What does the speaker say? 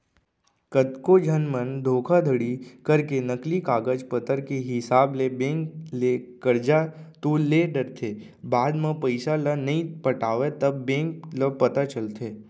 कतको झन मन धोखाघड़ी करके नकली कागज पतर के हिसाब ले बेंक ले करजा तो ले डरथे बाद म पइसा ल नइ पटावय तब बेंक ल पता चलथे